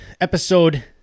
episode